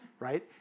right